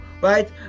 right